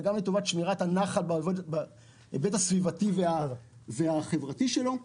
גם לטובת שמירת הנחל בהיבט הסביבתי והחברתי שלו.